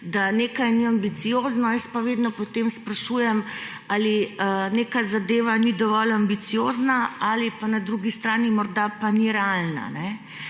da nekaj ni ambiciozno, jaz pa vedno potem sprašujem, ali neka zadeva ni dovolj ambiciozna ali pa na drugi strani morda pa ni realna.